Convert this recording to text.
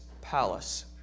palace